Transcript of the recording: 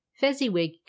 fezziwig